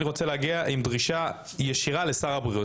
אני רוצה להגיע עם דרישה ישירה לשר הבריאות.